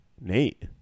Nate